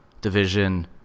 Division